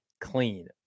clean